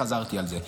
חזרתי על זה.